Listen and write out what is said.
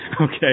okay